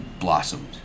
blossomed